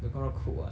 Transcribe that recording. we're gonna cook [what]